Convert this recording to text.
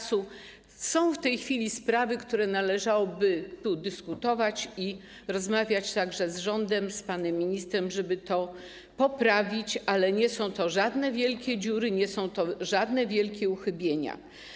Są w tej chwili sprawy, które należałoby tu przedyskutować, rozmawiać także z rządem, z panem ministrem, żeby to poprawić, ale nie są to żadne wielkie dziury, nie są to żadne wielkie uchybienia.